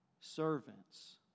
servants